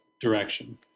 direction